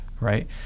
right